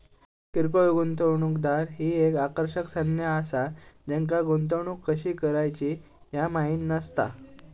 किरकोळ गुंतवणूकदार ही एक आकर्षक संज्ञा असा ज्यांका गुंतवणूक कशी करायची ह्या माहित नसता